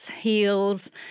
heels